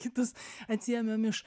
kitus atsiėmėm iš